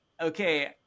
okay